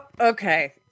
okay